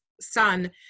son